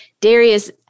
Darius